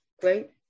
Great